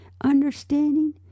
understanding